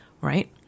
right